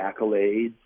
accolades